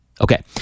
Okay